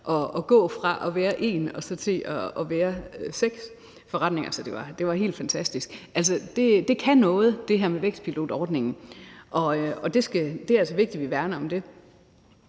og gå fra at være en til at være seks forretninger. Det var helt fantastisk. Det her med vækstpilotordningen kan noget, og det er altså vigtigt, at vi værner om det.